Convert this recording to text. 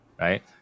right